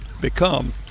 become